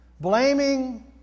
blaming